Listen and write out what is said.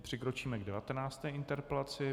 Přikročíme k 19. interpelaci.